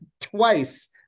twice